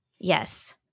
Yes